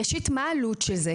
ראשית: מה העלות של זה?